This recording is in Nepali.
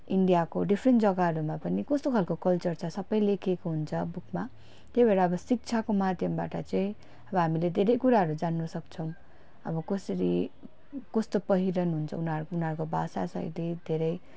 इन्डियाको डिफरेन्ट जग्गाहरूमा पनि कस्तो खालको कल्चरहरू छ सबै लेखिएको हुन्छ बुकमा त्यही भएर अब शिक्षाको माध्यमबाट चाहिँ अब हामीले धेरै कुराहरू जान्नु सक्छौँ अब कसरी कस्तो पहिरन हुन्छ उनीहरू उनीहरूको भाषा शैली धेरै